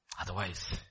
Otherwise